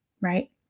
right